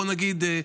בואו נגיד,